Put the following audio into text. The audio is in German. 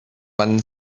man